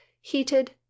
heated